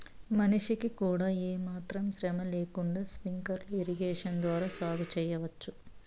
మనిషికి కూడా ఏమాత్రం శ్రమ లేకుండా స్ప్రింక్లర్ ఇరిగేషన్ ద్వారా సాగు చేయవచ్చు